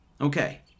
Okay